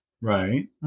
Right